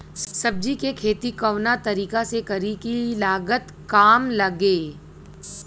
सब्जी के खेती कवना तरीका से करी की लागत काम लगे?